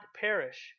perish